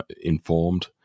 informed